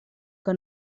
que